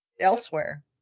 Elsewhere